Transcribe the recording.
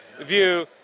view